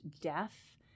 death